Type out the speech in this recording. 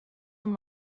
amb